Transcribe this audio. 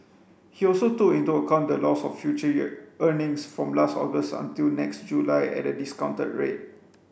he also took into account the loss of future year earnings from last August until next July at a discounted rate